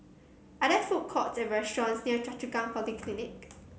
are there food court or restaurants near Choa Chu Kang Polyclinic